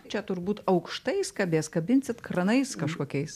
čia turbūt aukštai jis kabės kabinsit kranais kažkokiais